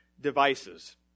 Devices